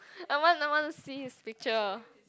I want I want to see his picture